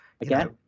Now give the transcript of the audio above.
Again